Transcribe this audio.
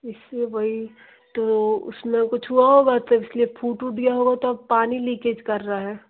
इससे भाई तो उसमें कुछ हुआ होगा तो इस लिए फूट वूट गया होगा तो अब पानी लीकेज कर रहा है